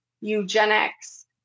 eugenics